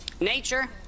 nature